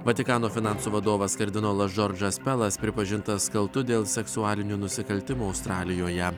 vatikano finansų vadovas kardinolas džordžas pelas pripažintas kaltu dėl seksualinių nusikaltimų australijoje